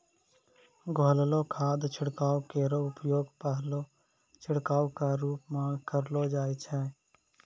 घोललो खाद छिड़काव केरो उपयोग पहलो छिड़काव क रूप म करलो जाय छै